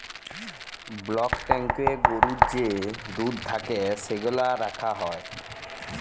block ট্যাংকয়ে গরুর যে দুহুদ থ্যাকে সেগলা রাখা হ্যয়